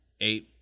eight